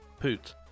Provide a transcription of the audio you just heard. Poot